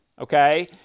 okay